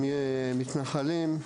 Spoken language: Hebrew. עם מתנחלים,